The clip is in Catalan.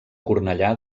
cornellà